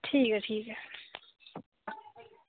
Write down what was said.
ठीक ऐ ठीक ऐ